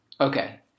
Okay